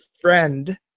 friend